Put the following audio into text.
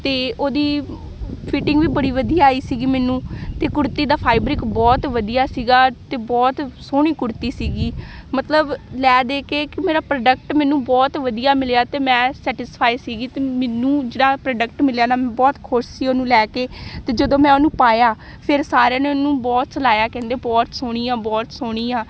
ਅਤੇ ਉਹਦੀ ਫਿਟਿੰਗ ਵੀ ਬੜੀ ਵਧੀਆ ਆਈ ਸੀਗੀ ਮੈਨੂੰ ਅਤੇ ਕੁੜਤੀ ਦਾ ਫਾਈਬਰਿਕ ਬਹੁਤ ਵਧੀਆ ਸੀਗਾ ਅਤੇ ਬਹੁਤ ਸੋਹਣੀ ਕੁੜਤੀ ਸੀਗੀ ਮਤਲਬ ਲੈ ਦੇ ਕੇ ਇੱਕ ਮੇਰਾ ਪ੍ਰੋਡਕਟ ਮੈਨੂੰ ਬਹੁਤ ਵਧੀਆ ਮਿਲਿਆ ਅਤੇ ਮੈਂ ਸੈਟਿਸਫਾਈ ਸੀਗੀ ਅਤੇ ਮੈਨੂੰ ਜਿਹੜਾ ਪ੍ਰੋਡਕਟ ਮਿਲਿਆ ਨਾ ਮੈਂ ਬਹੁਤ ਖੁਸ਼ ਸੀ ਉਹਨੂੰ ਲੈ ਕੇ ਅਤੇ ਜਦੋਂ ਮੈਂ ਉਹਨੂੰ ਪਾਇਆ ਫਿਰ ਸਾਰਿਆਂ ਨੇ ਉਹਨੂੰ ਬਹੁਤ ਸਲਾਇਆ ਕਹਿੰਦੇ ਬਹੁਤ ਸੋਹਣੀ ਆ ਬਹੁਤ ਸੋਹਣੀ ਆ